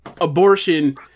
abortion